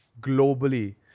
globally